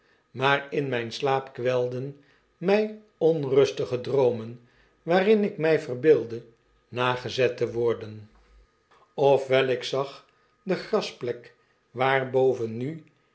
maar in mjjn slaap kwelden my onrustige droomen waarin ik mij verbeeldde nagezet te worden of welik mm wrtm v m g de klokkekast zag de grasplek waarboven nu